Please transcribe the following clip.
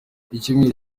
icyumweru